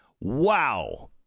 Wow